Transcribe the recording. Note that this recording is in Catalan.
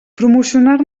promocionar